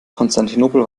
konstantinopel